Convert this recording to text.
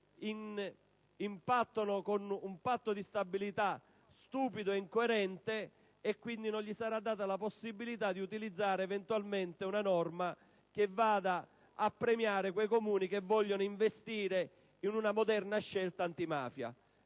impattano con un patto di stabilità stupido e incoerente e, quindi, non viene data loro la possibilità di utilizzare eventualmente una norma che premi i Comuni che vogliano investire in una moderna scelta antimafia.